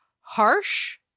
harsh